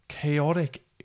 chaotic